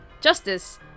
Justice